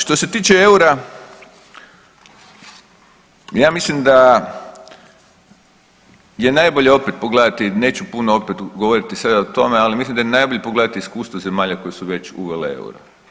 Što se tiče EUR-a, ja mislim da je najbolje opet pogledati, neću puno opet govoriti sada o tome, ali mislim da je najbolje pogledati iskustvo zemalja koje su već uvele euro.